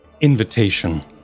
invitation